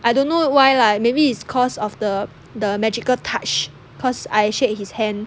I don't know why lah maybe it's cause of the the magical touch cause I shake his hand